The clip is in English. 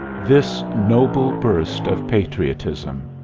this noble burst of patriotism